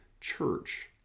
church